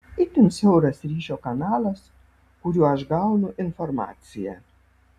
itin siauras ryšio kanalas kuriuo aš gaunu informaciją